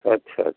ଆଚ୍ଛା ଆଚ୍ଛା